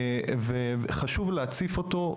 וחשוב להציף אותו,